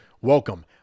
Welcome